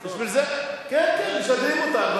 כן, כן, משדרים אותנו.